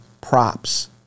props